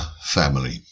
family